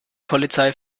polizei